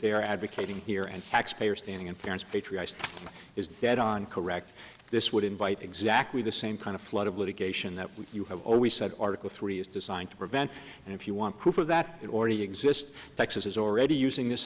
they are advocating here and taxpayer standing and fairness patronised is dead on correct this would invite exactly the same kind of flood of litigation that you have always said article three is designed to prevent and if you want proof of that it already exists texas is already using this